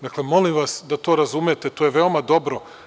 Dakle, molim vas da to razumete, to je veoma dobro.